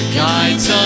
guides